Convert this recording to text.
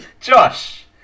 Josh